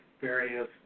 various